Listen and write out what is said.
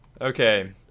Okay